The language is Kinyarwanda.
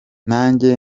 nanjye